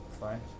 fine